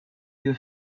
you